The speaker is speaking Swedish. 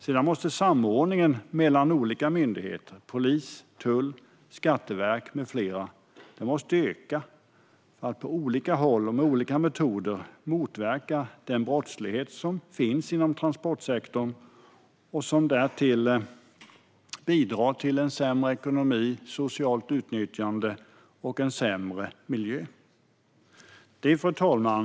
Sedan måste samordningen mellan olika myndigheter, polis, tull, Skatteverket med flera, öka för att på olika håll och med olika metoder motverka den brottslighet inom transportsektorn som bidrar till en sämre ekonomi, socialt utnyttjande och en sämre miljö. Fru talman!